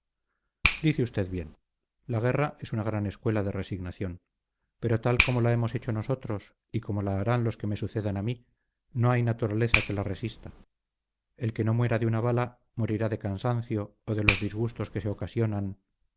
dice usted bien la guerra es una gran escuela de resignación pero tal como la hemos hecho nosotros y como la harán los que me sucedan a mí no hay naturaleza que la resista el que no muera de una bala morirá de cansancio o de los disgustos que se ocasionan